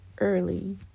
early